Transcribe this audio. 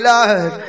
Lord